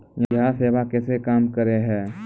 यह सेवा कैसे काम करै है?